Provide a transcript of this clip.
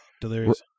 Delirious